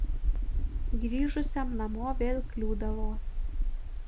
grįžusiam namo vėl kliūdavo